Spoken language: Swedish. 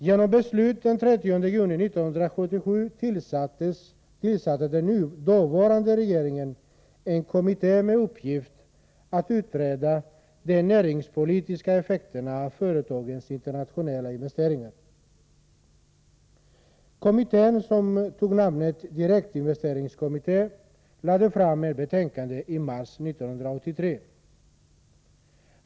Genom beslut den 30 juni 1977 tillsatte den dåvarande regeringen en kommitté med uppgift att utreda de näringspolitiska effekterna av företagens internationella investeringar. Kommittén, som antog namnet direktinvesteringskommittén, lade fram ett betänkande i mars 1983.